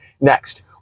Next